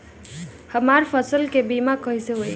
हमरा फसल के बीमा कैसे होई?